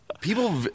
people